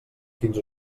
quins